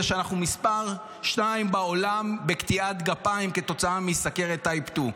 שאנחנו מספר שתיים בעולם בקטיעת גפיים כתוצאה מסוכרת type 2?